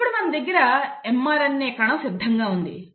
ఇప్పుడు మన దగ్గర mRNA కణం సిద్ధంగా ఉంది